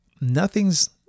nothing's